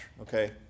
Okay